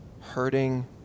hurting